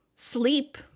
Sleep